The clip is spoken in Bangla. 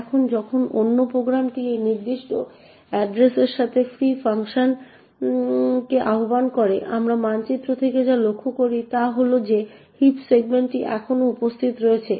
এখন যখন অন্য প্রোগ্রামটি সেই নির্দিষ্ট এড্রেস এর সাথে ফ্রি ফাংশনকে আহ্বান করে আমরা মানচিত্র থেকে যা লক্ষ্য করি তা হল যে হিপ সেগমেন্টটি এখনও উপস্থিত রয়েছে